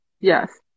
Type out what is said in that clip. Yes